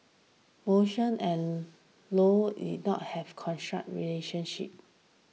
motion and low did not have relationship